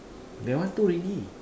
that one two already